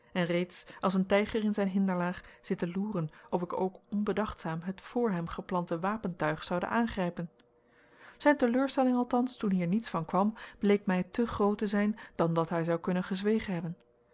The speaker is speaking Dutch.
en reeds als een tijger in zijn hinderlaag zitten loeren of ik ook onbedachtzaam het voor hem geplante wagentuig zoude aangrijpen zijn teleurstelling althans toen hier niets van kwam bleek mij te groot te zijn dan dat hij zou kunnen gezwegen hebben